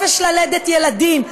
את החופש ללדת ילדים,